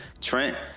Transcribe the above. Trent